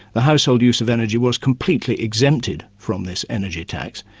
the household use of energy was completely exempted from this energy tax,